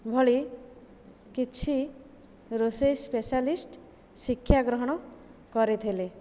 ଭଳି କିଛି ରୋଷାଇ ସ୍ପେସିଆଲିଷ୍ଟ ଶିକ୍ଷାଗ୍ରହଣ କରିଥିଲି